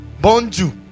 bonjour